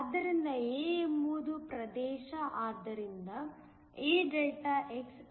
ಆದ್ದರಿಂದ A ಎಂಬುದು ಪ್ರದೇಶ ಆದ್ದರಿಂದ A Δx